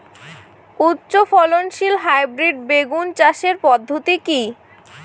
উচ্চ ফলনশীল হাইব্রিড বেগুন চাষের পদ্ধতি কী?